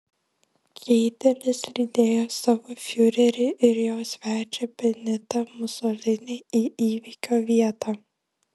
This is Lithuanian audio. keitelis lydėjo savo fiurerį ir jo svečią benitą musolinį į įvykio vietą